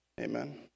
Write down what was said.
Amen